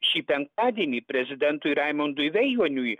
šį penktadienį prezidentui raimundui veijuoniui